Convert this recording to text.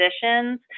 positions